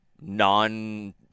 non